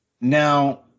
Now –